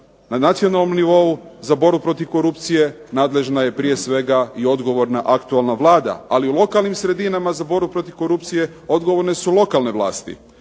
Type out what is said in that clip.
Na nacionalnom nivou za borbu protiv korupcije nadležna je prije svega i odgovorna aktualna Vlada, ali u lokalnim sredinama za borbu protiv korupcije odgovorne su lokalne vlasti.